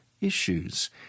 issues